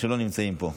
או שלא נמצאים פה?